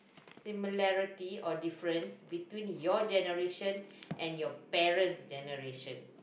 similarity or differences between your generation and your parents' generation